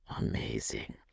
amazing